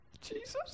Jesus